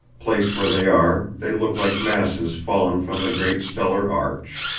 placed where they are, they look like masses fallen from the great stellar arch.